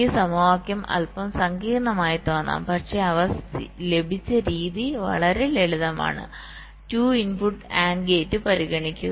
ഈ സമവാക്യം അൽപ്പം സങ്കീർണ്ണമായി തോന്നാം പക്ഷേ അവ ലഭിച്ച രീതി വളരെ ലളിതമാണ് 2 ഇന്പുട് ആൻഡ് ഗേറ്റ് പരിഗണിക്കുക